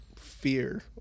fear